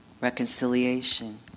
reconciliation